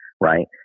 Right